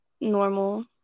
normal